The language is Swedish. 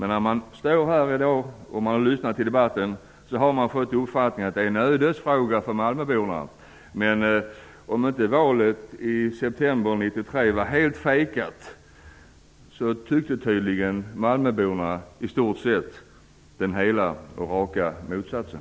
När man lyssnat till debatten här i dag har man fått uppfattningen att detta är en ödesfråga för malmöborna. Men om inte valet i september 1994 var helt fejkat tyckte tydligen malmöborna i stort sett den hela och raka motsatsen.